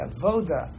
Avoda